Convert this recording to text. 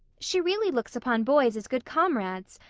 she really looks upon boys as good comrades,